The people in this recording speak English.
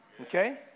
Okay